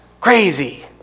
crazy